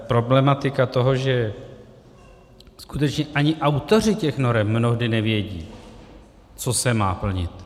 Problematika toho, že skutečně ani autoři norem mnohdy nevědí, co se má plnit.